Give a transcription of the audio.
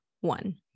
one